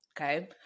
okay